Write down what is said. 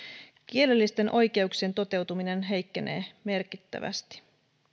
kielellisten oikeuksien toteutuminen heikkenee merkittävästi